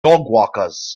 dogwalkers